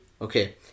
Okay